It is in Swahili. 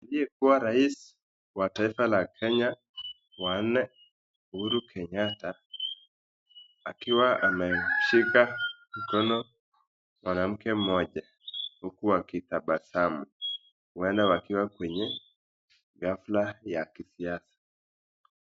Aliyekuwa rais wa taifa la Kenya wanne Uhuru Kenyatta akiwa ameshika mkono mwanamke mmoja huku akitabasamu huenda wakiwa kwenye hafla ya kisiasa.